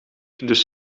dus